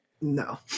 no